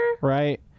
Right